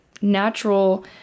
natural